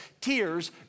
Tears